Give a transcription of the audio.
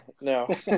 No